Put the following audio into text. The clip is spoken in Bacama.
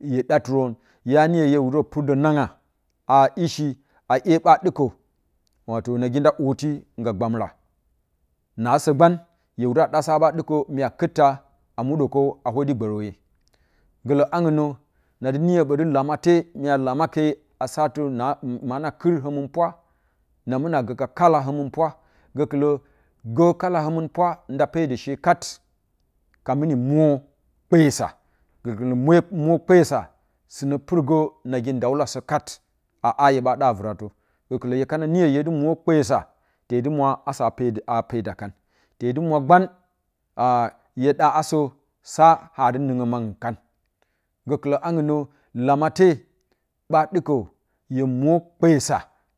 Hye ɗa jɨrən ya niyə hye wudə purdə nanga a ishe a iye ɓa dɨkə wato nafi nda orfi ne gbomra nasə gban inne mudə kowa hnodi gborəwe gələ aungnə nadɨ niyə ɓoti lamate mya lamake atɨ na mana kɨn həmɨnpwa na muna gə ka kala həmɨmpwa gəkɨla gə kela həmɨnpwa nda pedə she kat ka mimi mwo kpeyəsa gəkɨlə mwo mwe kpegəsa sɨnə purgə nagindawulorə kat aa hye ɓa ɗa a vratə gəkɨlə hye kana niyə hyedɨ mwo kepyesa tedɨ mwo asa feda a peda kan tedɨ mwa gbau a hye ɗa asə sa hadɨ nungo maangu kan gəkɨlə aunsnə lamate ɓa ɗɨkə hye mwo kpenəsa